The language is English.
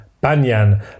Banyan